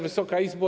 Wysoka Izbo!